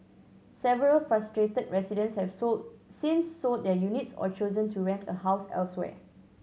several frustrated residents have sold since sold their units or chosen to rent a house elsewhere